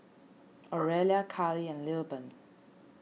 Oralia Kylie and Lilburn